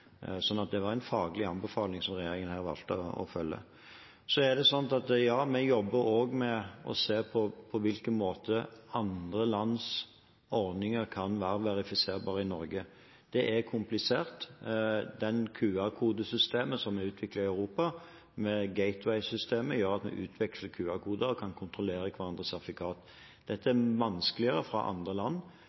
Det var en faglig anbefaling, som regjeringen valgte å følge. Ja, vi jobber også med å se på på hvilken måte andre lands ordninger kan være verifiserbare i Norge. Det er komplisert. Det QR-kodesystemet som er utviklet i Europa, med Gateway-systemet, gjør at vi utveksler QR-koder og kan kontrollere hverandres sertifikater. Dette er vanskeligere fra andre land,